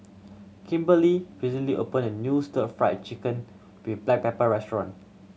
Kimberlie recently opened a new Stir Fried Chicken with black pepper restaurant